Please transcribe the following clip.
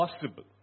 possible